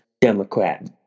democrat